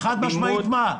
חד משמעית מה?